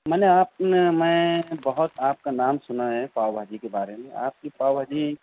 میں نے آپ میں بہت آپ کا نام سُنا ہے پاؤ بھاجی کے بارے میں آپ کی پاؤ بھاجی